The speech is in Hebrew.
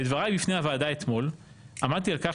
בדבריי אתמול בפני הוועדה עמדתי על כך